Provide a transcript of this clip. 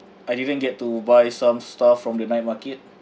I didn't get to buy some stuff from the night market